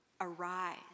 Arise